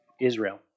Israel